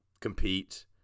compete